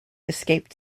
escaped